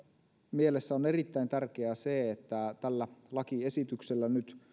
mielessä on erittäin tärkeää että tällä lakiesityksellä nyt